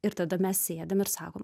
ir tada mes sėdime ir sakom